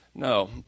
No